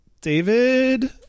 David